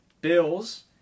Bills